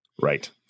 Right